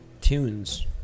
tunes